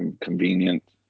convenient